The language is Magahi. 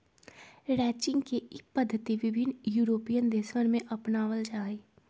रैंचिंग के ई पद्धति विभिन्न यूरोपीयन देशवन में अपनावल जाहई